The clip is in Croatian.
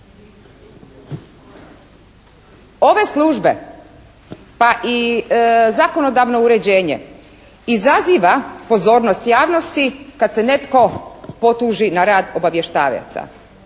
Ove službe pa i zakonodavno uređenje izaziva pozornost javnosti kad se netko potuži na rad obavještajaca.